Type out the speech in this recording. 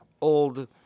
old